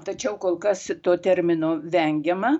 tačiau kol kas to termino vengiama